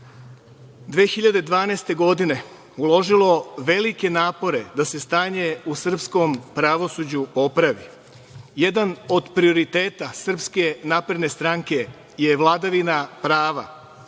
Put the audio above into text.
2012. godine uložilo velike napore da se stanje u srpskom pravosuđu popravi. Jedan od prioriteta SNS je vladavina prava,